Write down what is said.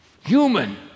human